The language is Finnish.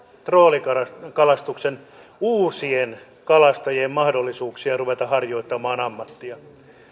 troolikalastuksen uusien kalastajien mahdollisuuksia ruveta harjoittamaan ammattia